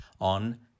on